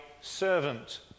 servant